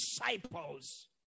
disciples